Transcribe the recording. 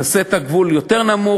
תעשה את הגבול יותר נמוך,